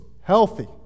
healthy